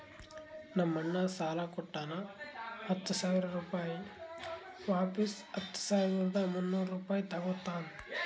ನಮ್ ಅಣ್ಣಾ ಸಾಲಾ ಕೊಟ್ಟಾನ ಹತ್ತ ಸಾವಿರ ರುಪಾಯಿ ವಾಪಿಸ್ ಹತ್ತ ಸಾವಿರದ ಮುನ್ನೂರ್ ರುಪಾಯಿ ತಗೋತ್ತಾನ್